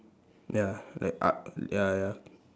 ya like uh ya ya